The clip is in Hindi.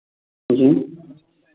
जी